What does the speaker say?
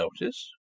notice